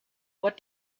what